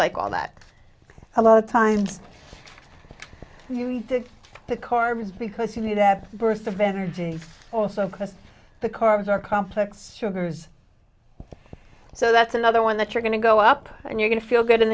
like all that a lot of times you did the carbs because you knew that burst of energy also because the carbs are complex sugars so that's another one that you're going to go up and you're going to feel good